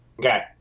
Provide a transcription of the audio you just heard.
Okay